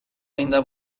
ayında